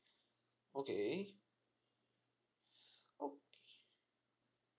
okay okay